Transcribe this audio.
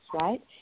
right